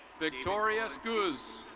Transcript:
victoria schuz.